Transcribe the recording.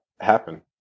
happen